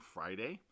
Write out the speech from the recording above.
Friday